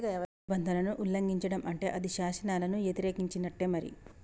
పన్ను నిబంధనలను ఉల్లంఘిచడం అంటే అది శాసనాలను యతిరేకించినట్టే మరి